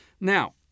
Now